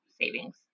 savings